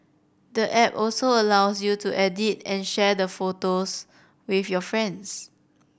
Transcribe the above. the app also allows you to edit and share the photos with your friends